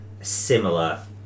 similar